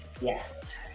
Yes